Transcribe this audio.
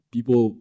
People